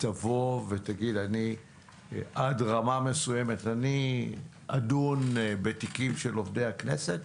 תבוא ותגיד: עד לרמה מסוימת אני אדון בתיקים של עובדי הכנסת?